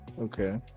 Okay